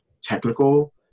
technical